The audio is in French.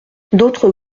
d’autres